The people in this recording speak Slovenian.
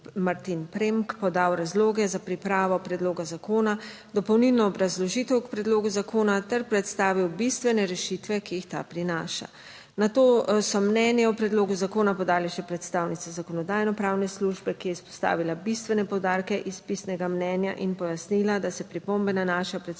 Martin Premk podal razloge za pripravo predloga zakona, dopolnilno obrazložitev k predlogu zakona ter predstavil bistvene rešitve, ki jih ta prinaša. Nato so mnenje o predlogu zakona podali še predstavnici Zakonodajnopravne službe, ki je izpostavila bistvene poudarke iz pisnega mnenja in pojasnila, da se pripombe nanašajo predvsem na